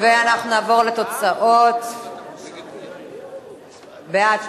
ואנחנו נעבור לתוצאות: בעד,